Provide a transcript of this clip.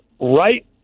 right